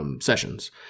sessions